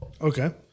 Okay